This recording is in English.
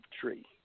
tree